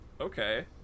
Okay